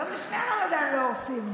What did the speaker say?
גם לפני הרמדאן לא הורסים,